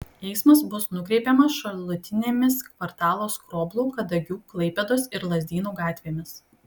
eismas bus nukreipiamas šalutinėmis kvartalo skroblų kadagių klaipėdos ir lazdynų gatvėmis